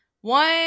one